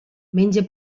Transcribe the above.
menja